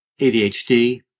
ADHD